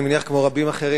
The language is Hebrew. אני מניח כמו רבים אחרים,